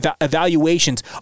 evaluations